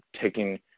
taking